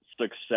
success